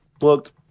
looked